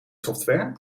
software